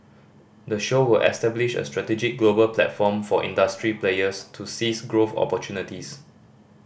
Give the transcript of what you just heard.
the show will establish a strategic global platform for industry players to seize growth opportunities